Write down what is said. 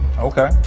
okay